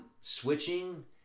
switching